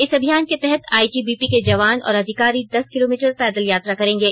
इस अभियान के तहत आई टी बी पी के जवान और अधिकारी दस किलोमीटर पैदल यात्रा करेंगे